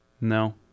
No